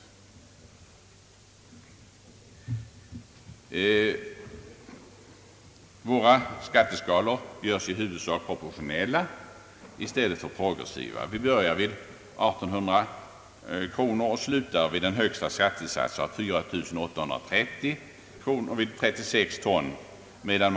Reservanternas skatteskalor görs i huvudsak proportionella i stället för progressiva. Vi börjar vid 1800 kronor och slutar med en högsta skattesats på 4 830 kronor vid 36 ton.